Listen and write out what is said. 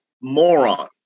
moron